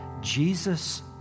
Jesus